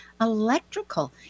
electrical